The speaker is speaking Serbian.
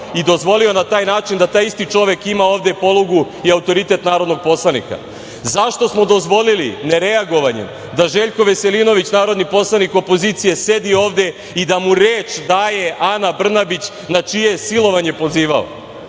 i dozvolio na taj način da taj isti čovek ima ovde polugu i autoritet narodnog poslanika? Zašto smo dozvolili, nereagovanjem, da Željko Veselinović, narodni poslanik opozicije, sedi ovde i da mu reč daje Ana Brnabić, na čije je silovanje pozivao?